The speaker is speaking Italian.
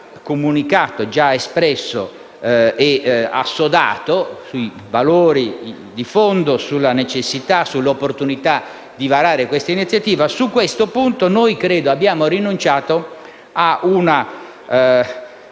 comunicato, espresso ed assodato sui valori di fondo e sulla necessità ed opportunità di varare questa iniziativa, su questo punto abbiamo rinunciato